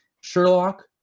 Sherlock